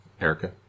Erica